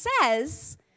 says